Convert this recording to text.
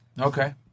okay